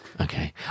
Okay